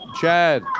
Chad